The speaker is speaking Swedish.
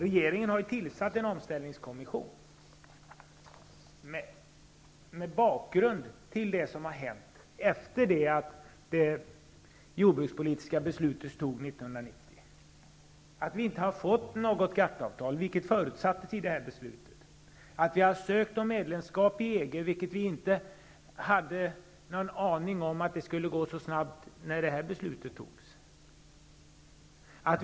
Regeringen har tillsatt en omställningskommission mot bakgrund av det som har hänt efter det jordbrukspolitiska beslutet 1990. Vi har inte fått något GATT-avtal, vilket förutsattes i beslutet. Vi har ansökt om medlemskap i EG. Vi hade inte en aning om att det skulle gå så snabbt när beslutet fattades.